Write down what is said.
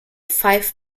five